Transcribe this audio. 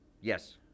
Yes